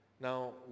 Now